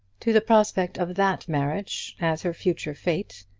to the prospect of that marriage, as her future fate,